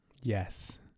Yes